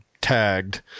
tagged